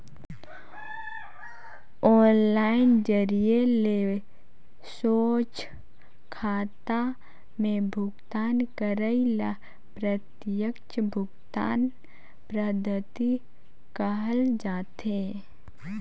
online जरिए ले सोझ खाता में भुगतान करई ल प्रत्यक्छ भुगतान पद्धति कहल जाथे